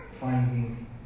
finding